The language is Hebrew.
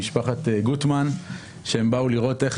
משפחת גוטמן שבאה לראות איך